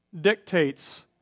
dictates